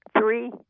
three